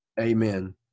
Amen